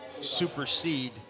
supersede